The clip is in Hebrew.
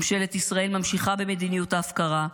ממשלת ישראל ממשיכה במדיניות ההפקרה,